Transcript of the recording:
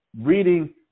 reading